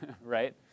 right